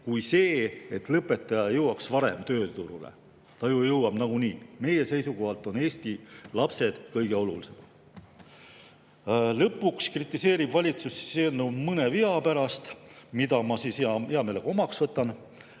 see, et lõpetaja jõuaks varem tööturule. Ta ju jõuab nagunii. Meie seisukohalt on Eesti lapsed kõige olulisemad. Lõpuks kritiseerib valitsus eelnõu mõne vea pärast, mille ma hea meelega omaks võtan,